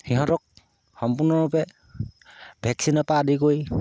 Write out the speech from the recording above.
সিহঁতক সম্পূৰ্ণৰূপে ভেকচিনৰ পৰা আদি কৰি